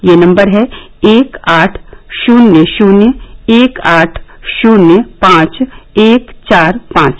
यह नम्बर है एक आठ शुन्य शुन्य एक आठ शून्य पांच एक चार पांच